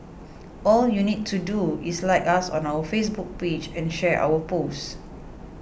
all you need to do is like us on our Facebook page and share our post